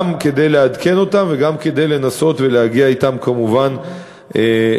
גם כדי לעדכן אותם וגם כדי לנסות ולהגיע אתם כמובן להסכמות,